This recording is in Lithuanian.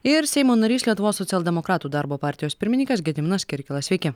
ir seimo narys lietuvos socialdemokratų darbo partijos pirmininkas gediminas kirkilas sveiki